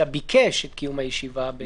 אלא ביקש את קיום הישיבה בזום.